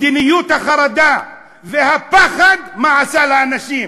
מדיניות החרדה והפחד, מה היא עשתה לאנשים,